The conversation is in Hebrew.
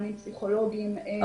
מענים פסיכולוגיים,